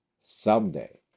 someday